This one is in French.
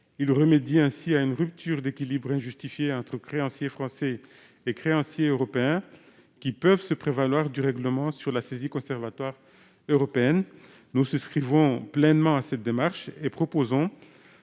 à remédier à une rupture d'équilibre injustifiée entre créanciers français et créanciers européens, qui peuvent se prévaloir du règlement sur la saisie conservatoire européenne. Nous souscrivons pleinement à cette démarche et proposons